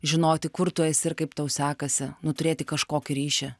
žinoti kur tu esi ir kaip tau sekasi nu turėti kažkokį ryšį